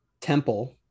temple